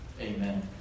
Amen